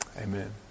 amen